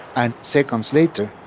and seconds later,